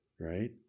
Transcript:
Right